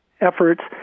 efforts